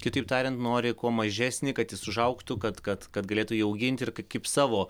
kitaip tariant nori kuo mažesnį kad jis užaugtų kad kad kad galėtų jį auginti ir kaip savo